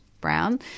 brown